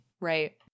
Right